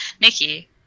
Nikki